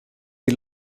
die